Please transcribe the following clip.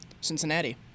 Cincinnati